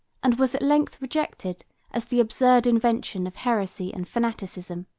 and was at length rejected as the absurd invention of heresy and fanaticism.